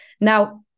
now